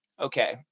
Okay